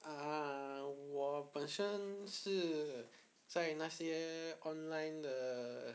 ah 我本身是在那些 online 的